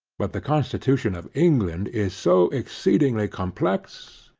but the constitution of england is so exceedingly complex,